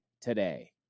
today